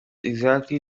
exactly